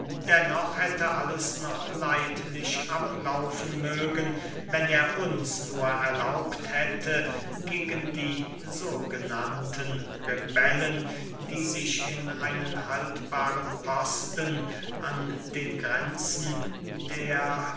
dennoch hätte alles noch leidlich ablaufen mögen wenn er uns nur erlaubt hätte gegen die sogenannten rebellen die sich in einen haltbaren posten an den grenzen der